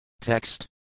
TEXT